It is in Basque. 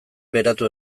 beratu